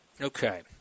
Okay